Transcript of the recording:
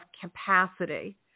capacity